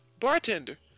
Bartender